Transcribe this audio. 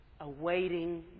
awaiting